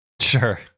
Sure